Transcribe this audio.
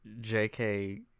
jk